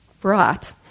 brought